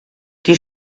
die